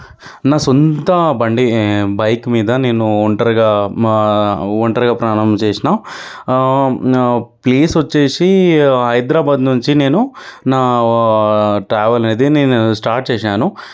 నా సొంత బండి బైక్ మీద నేను ఒంటరిగా మా ఒంటరిగా ప్రయాణం చేసినా ప్లేస్ వచ్చేసి హైదరాబాదు నుంచి నేను నా ట్రావెల్ అనేది నేను స్టార్ట్ చేశాను